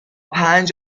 پنج